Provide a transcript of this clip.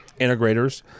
integrators